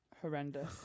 Horrendous